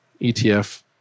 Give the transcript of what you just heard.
ETF